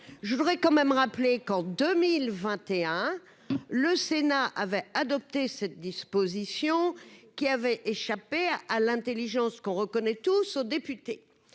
je voudrais quand même rappeler qu'en 2021, le Sénat avait adopté cette disposition qui avait échappé à à l'Intelligence qu'on reconnaît, tous aux députés